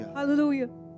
Hallelujah